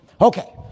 Okay